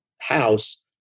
house